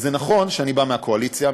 ונכון שאני בא מהקואליציה,